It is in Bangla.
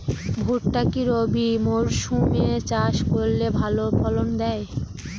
ভুট্টা কি রবি মরসুম এ চাষ করলে ভালো ফলন দেয়?